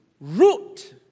root